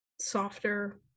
softer